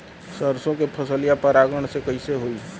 सरसो के फसलिया परागण से कईसे होई?